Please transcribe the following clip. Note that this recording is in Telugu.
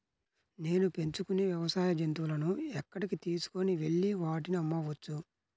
నేను పెంచుకొనే వ్యవసాయ జంతువులను ఎక్కడికి తీసుకొనివెళ్ళి వాటిని అమ్మవచ్చు?